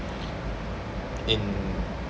in